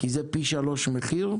כי זה פי שלושה במחיר.